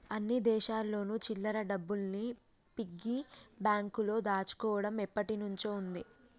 అన్ని దేశాల్లోను చిల్లర డబ్బుల్ని పిగ్గీ బ్యాంకులో దాచుకోవడం ఎప్పటినుంచో ఉంది